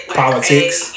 politics